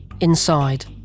inside